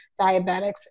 diabetics